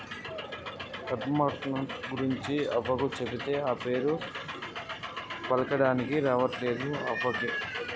కడ్పాహ్నట్ గురించి అవ్వకు చెబితే, ఆ పేరే పల్కరావట్లే అవ్వకు